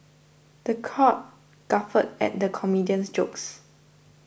the crowd guffawed at the comedian's jokes